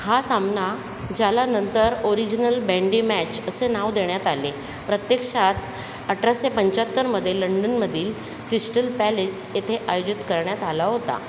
हा सामना झाल्यानंतर ओरिजिनल बँडी मॅच असे नाव देण्यात आले प्रत्यक्षात अठराशे पंच्याहत्तरमध्ये लंडनमधील क्रिस्टल पॅलेस येथे आयोजित करण्यात आला होता